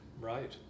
right